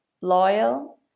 loyal